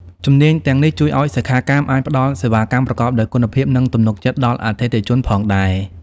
ជំនាញទាំងនេះជួយឱ្យសិក្ខាកាមអាចផ្តល់សេវាកម្មប្រកបដោយគុណភាព និងទំនុកចិត្តដល់អតិថិជនផងដែរ។